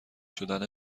شدن